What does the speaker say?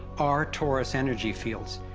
are torus energy fields,